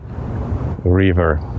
River